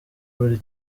buri